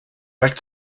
back